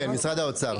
כן, משרד האוצר.